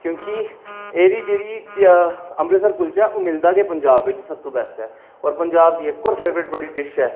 क्योंकि एह्दी जेह्ड़ी अमृतसर कुल्चा ओह् मिलदा गै पंजाब बिच सबतूं बैस्ट ऐ और पंजाब दी इक और फेवरेट बड़ी डिश ऐ